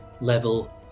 level